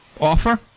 offer